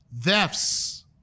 thefts